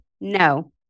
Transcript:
no